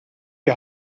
die